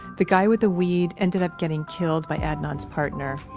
the guy with the weed ended up getting killed by adnan's partner.